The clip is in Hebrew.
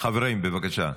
חברים שם, חברים, בבקשה.